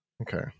Okay